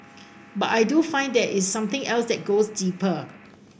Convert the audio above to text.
but I do find that is something else that goes deeper